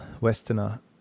Westerner